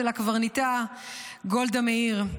אצל הקברניטה גולדה מאיר.